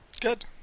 Good